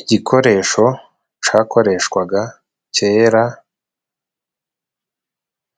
Igikoresho cakoreshwaga kera